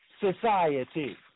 society